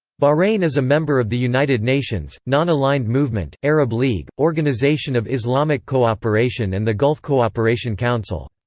bahrain is a member of the united nations, non-aligned movement, arab league, organisation of islamic cooperation and the gulf cooperation council.